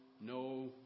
No